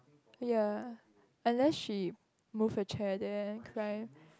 ya unless she move a chair there climb